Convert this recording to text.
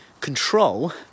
control